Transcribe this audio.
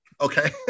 okay